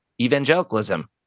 evangelicalism